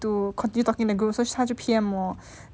to continue talking in the group so 她就 P_M 我